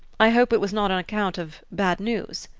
i hope it was not on account of bad news?